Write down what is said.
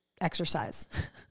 exercise